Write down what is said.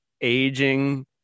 aging